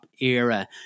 era